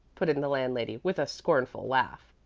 put in the landlady, with a scornful laugh.